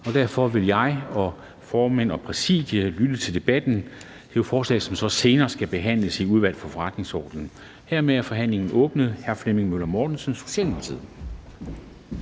og derfor vil jeg og formændene og Præsidiet lytte til debatten. Det er et forslag, som så senere skal behandles i Udvalget for Forretningsordenen. Hermed er forhandlingen åbnet. Hr. Flemming Møller Mortensen, Socialdemokratiet.